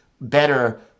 better